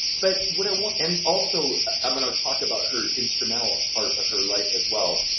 but what i want, and also i'm gonna talk about her instrumental part of her life as well,